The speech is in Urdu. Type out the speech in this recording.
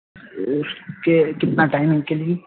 اِس کے کتنا ٹائمنگ کے لیے